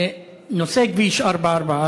נושא כביש 444,